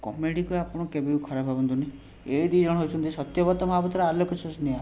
କମେଡ଼ିକୁ ଆପଣ କେବେ ବି ଖରାପ ଭାବନ୍ତୁନି ଏଇ ଦୁଇଜଣ ହେଉଛନ୍ତି ସତ୍ୟବ୍ରତ ମହାପାତ୍ର ଆଲୋକେସ ସ୍ନେହା